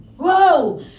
Whoa